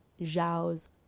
zhao's